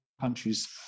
countries